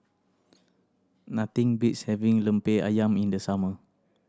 nothing beats having Lemper Ayam in the summer